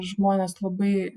žmonės labai